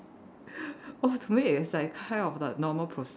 oh to me it's like kind of the normal process